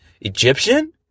Egyptian